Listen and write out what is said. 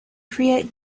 create